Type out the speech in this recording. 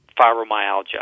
fibromyalgia